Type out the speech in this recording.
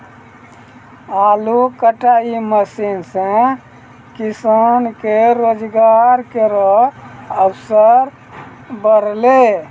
आलू कटाई मसीन सें किसान के रोजगार केरो अवसर बढ़लै